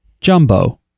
Jumbo